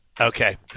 okay